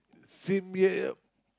same year